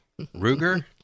Ruger